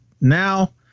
now